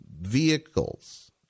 vehicles